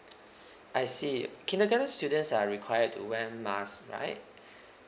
I see okay kindergarten students are required to wear mask right